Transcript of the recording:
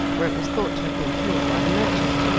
where it was thought to have been killed by the merchant.